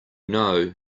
know